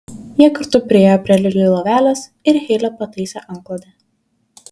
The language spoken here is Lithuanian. jie kartu priėjo prie lili lovelės ir heilė pataisė antklodę